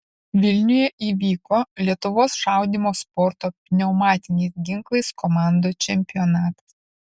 vilniuje įvyko lietuvos šaudymo sporto pneumatiniais ginklais komandų čempionatas